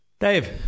Dave